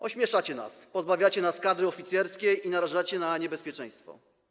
Ośmieszacie nas, pozbawiacie nas kadry oficerskiej i narażacie na niebezpieczeństwo.